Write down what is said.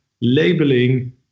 labeling